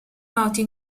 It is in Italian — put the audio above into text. noti